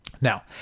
Now